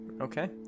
Okay